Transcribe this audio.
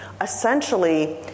Essentially